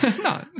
no